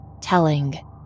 Telling